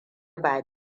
ba